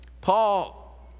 Paul